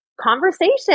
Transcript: conversation